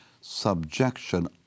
subjection